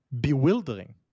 bewildering